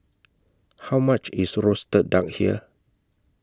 How much IS Roasted Duck here